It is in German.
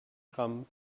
gramm